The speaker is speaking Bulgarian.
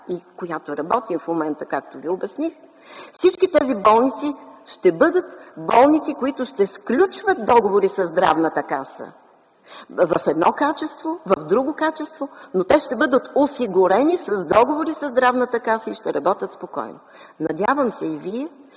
която работим в момента, както ви обясних, всички тези болници ще бъдат болници, които ще сключват договори със Здравната каса в едно качество, в друго качество, но те ще бъдат осигурени с договори със Здравната каса и ще работят спокойно. Надявам се Вие